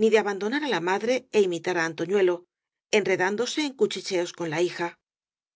ni de abandonar á la madre é imitar á antoñuelo enre dándose en cuchicheos con la hija